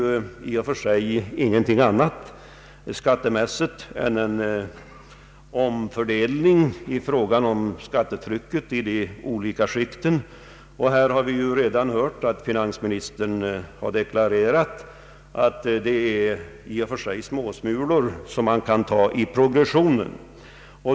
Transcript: Det som sker är ingenting annat än en omfördelning av skattetrycket i de olika skikten. Vi har hört finansministern deklarera att det är i och för sig små smulor som kan tas i progressionen.